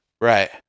Right